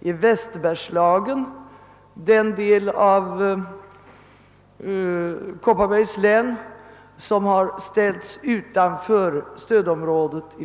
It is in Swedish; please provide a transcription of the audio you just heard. i Västbergslagen, den del av Kopparbergs län som i förslaget har ställts utanför stödområdet.